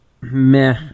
Meh